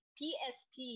psp